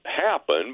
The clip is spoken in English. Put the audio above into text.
happen